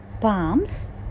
palms